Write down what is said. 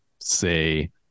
say